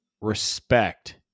respect